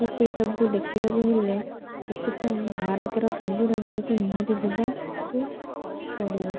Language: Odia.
କି ସେସବୁ ଦେଖିବାକୁ ହେଲେ ସେଥିପାଇଁ ଭାରତର ସବୁ ରାଜ୍ୟକୁ ନିହାତି ଯିବାକୁ ପଡ଼ିବ